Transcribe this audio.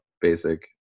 basic